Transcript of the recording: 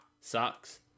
sucks